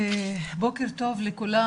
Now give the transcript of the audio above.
בוקר טוב לכולם,